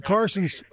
Carson's